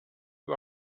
you